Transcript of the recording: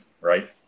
right